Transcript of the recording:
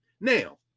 Now